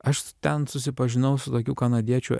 aš ten susipažinau su tokiu kanadiečiu